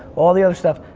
all the other stuff.